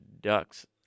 Ducks